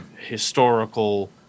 historical